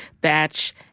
batch